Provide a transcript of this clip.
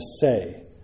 say